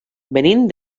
venim